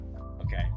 Okay